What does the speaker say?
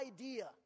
idea